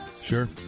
sure